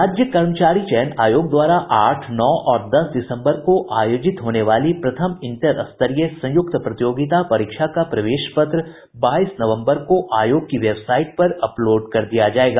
राज्य कर्मचारी चयन आयोग द्वारा आठ नौ और दस दिसम्बर को आयोजित होने वाली प्रथम इंटरस्तरीय संयुक्त प्रतियोगिता परीक्षा का प्रवेश पत्र बाईस नवम्बर को आयोग की वेबसाईट पर अपलोड कर दिया जायेगा